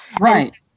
Right